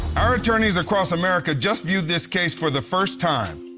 our attorneys across america just viewed this case for the first time.